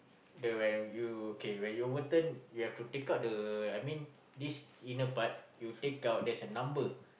the when you okay when you overturn you have to take out the I mean this inner part you take out there is a number